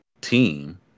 team